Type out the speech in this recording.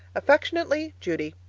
affectionately, judy